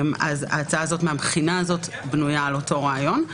ההצעה הזו מהבחינה הזו בנויה על אותו רעיון.